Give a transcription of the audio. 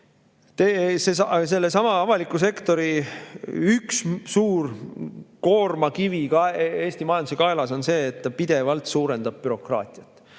Sellesama avaliku sektori üks suur koormakivi Eesti majanduse kaelas on see, et ta pidevalt suurendab bürokraatiat.